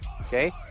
okay